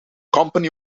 company